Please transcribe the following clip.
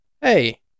hey